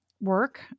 work